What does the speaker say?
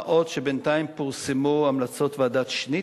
מה עוד שבינתיים פורסמו המלצות ועדת-שניט,